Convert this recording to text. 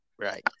Right